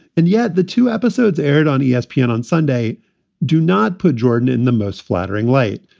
and yet the two episodes aired on espn on sunday do not put jordan in the most flattering light.